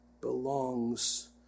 belongs